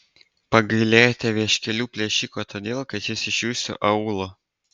pagailėjote vieškelių plėšiko todėl kad jis iš jūsų aūlo